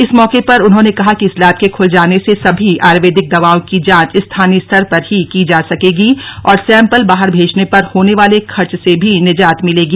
इस मौके पर उन्होंने कहा कि इस लैब के खुल जाने से सभी आयुर्वेदिक दवाओं की जॉच स्थानीय स्तर पर ही की जा सकेगी और सैम्पल बाहर भेजने पर होने वाले खर्च से भी निजात मिलेगी